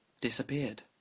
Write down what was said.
disappeared